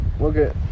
Okay